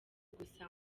gusa